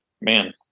man